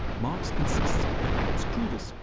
marx insists that at its crudest,